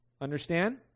Understand